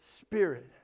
spirit